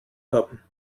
haben